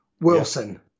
wilson